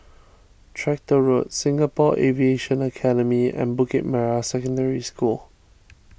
Tractor Road Singapore Aviation Academy and Bukit Merah Secondary School